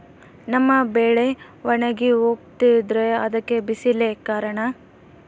ನಮ್ಮ ಬೆಳೆ ಒಣಗಿ ಹೋಗ್ತಿದ್ರ ಅದ್ಕೆ ಬಿಸಿಲೆ ಕಾರಣನ?